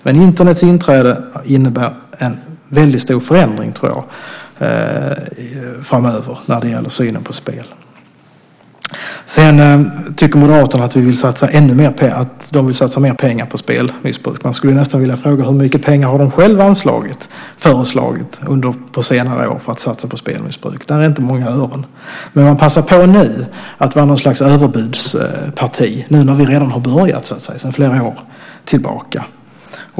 Men Internets inträde innebär en väldigt stor förändring, tror jag, framöver när det gäller synen på spel. Moderaterna vill satsa ännu mer pengar för att komma till rätta med spelmissbruk. Man skulle nästan vilja fråga hur mycket pengar som de själva har föreslagit under senare år för detta. Det är inte många ören. Men nu när vi redan har börjat med detta sedan flera år tillbaka passar de på att vara något slags överbudsparti.